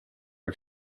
are